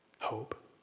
hope